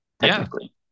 Technically